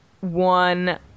one